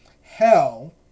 hell